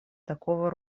такого